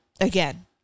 again